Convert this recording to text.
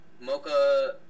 mocha